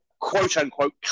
quote-unquote